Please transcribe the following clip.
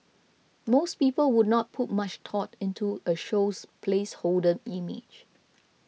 most people would not put much thought into a show's placeholder image